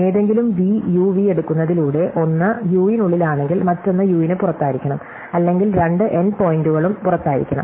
ഏതെങ്കിലും V U V എടുക്കുന്നതിലൂടെ ഒന്ന് U നുള്ളിലാണെങ്കിൽ മറ്റൊന്ന് U ന് പുറത്തായിരിക്കണം അല്ലെങ്കിൽ രണ്ട് N പോയിന്റുകളും പുറത്തായിരിക്കണം